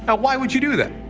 ah why would you do that?